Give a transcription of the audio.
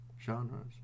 genres